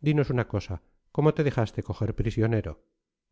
dinos una cosa cómo te dejaste coger prisionero